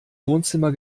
wohnzimmer